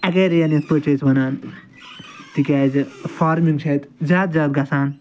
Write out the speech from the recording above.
agrarian یِتھ پٲٹھۍ چھِ أسۍ وَنان تِکیٛازِ فارمِنٛگ چھِ اَتہِ زیادٕ زیادٕ گژھان